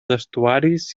estuaris